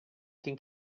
can